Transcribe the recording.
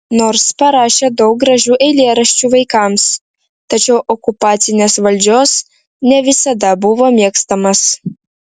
nors parašė daug gražių eilėraščių vaikams tačiau okupacinės valdžios ne visada buvo mėgstamas